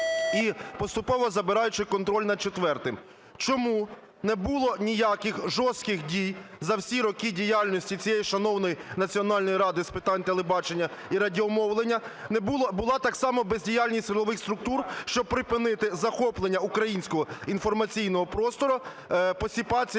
і поступово забираючи контроль над четвертим. Чому не було ніяких жорстких дій за всі роки діяльності цієї шановної Національної ради з питань телебачення і радіомовлення? Була так само бездіяльність нових структур, щоб припинити захоплення українського інформаційного простору посіпакою